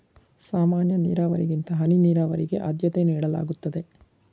ಸಾಮಾನ್ಯ ನೀರಾವರಿಗಿಂತ ಹನಿ ನೀರಾವರಿಗೆ ಆದ್ಯತೆ ನೀಡಲಾಗುತ್ತದೆ